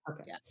Okay